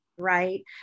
right